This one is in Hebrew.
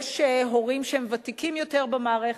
יש הורים שהם ותיקים יותר במערכת,